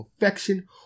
affection